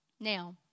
Now